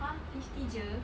!huh! fifty jer